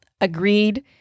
Agreed